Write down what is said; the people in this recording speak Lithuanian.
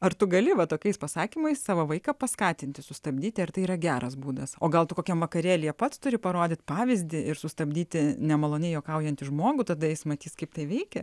ar tu gali va tokiais pasakymais savo vaiką paskatinti sustabdyti ar tai yra geras būdas o gal tu kokiam vakarėlyje pats turi parodyt pavyzdį ir sustabdyti nemaloniai juokaujantį žmogų tada jis matys kaip tai veikia